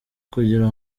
kugira